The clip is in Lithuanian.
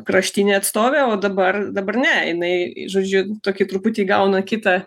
kraštinė atstovė o dabar dabar ne jinai žodžiu tokį truputį gauna kitą